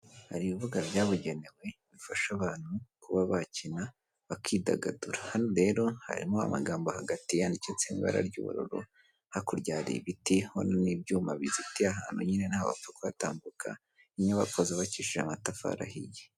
Hari ibibuga byabugenewe bifasha abantu kuba bakina bakidagadura, hano rero harimo amagambo hagati yanditse mu ibara ry'ubururu, hakurya hari ibiti n'ibyuma bizitiye ahantu nyine nta wapfa kutambuka, inyubako zubabakishije amatafari ahiye.